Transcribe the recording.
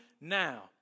now